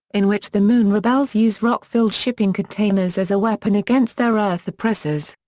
in which the moon rebels use rock-filled shipping containers as a weapon against their earth oppressors.